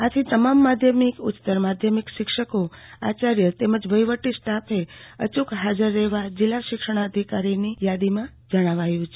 આથી તમામ માધ્યમિક અને ઉચ્યતર માધ્યમિકના શિક્ષકોઆચાર્ય અને વફીવટી સ્ટાફ અચૂક ફાજર રહેવા જીલ્લા શિક્ષણાધિકારીની યાદીમાં જણાવવામાં આવેલ છે